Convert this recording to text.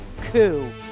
Coup